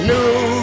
New